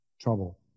trouble